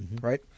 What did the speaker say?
right